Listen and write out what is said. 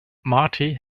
marty